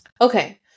Okay